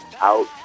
out